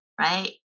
right